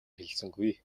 хэлсэнгүй